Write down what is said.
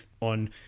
on